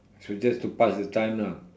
so just to past the time lah